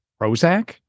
Prozac